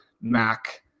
Mac